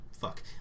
fuck